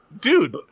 Dude